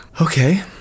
Okay